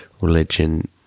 religion